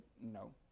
no